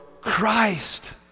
Christ